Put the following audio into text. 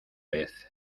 pez